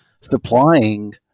supplying